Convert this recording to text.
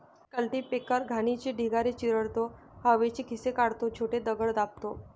cultipacker घाणीचे ढिगारे चिरडतो, हवेचे खिसे काढतो, छोटे दगड दाबतो